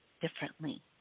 differently